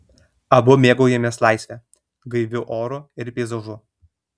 abu mėgaujamės laisve gaiviu oru ir peizažu